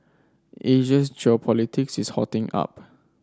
Asia's geopolitics is hotting up